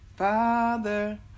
Father